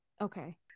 Okay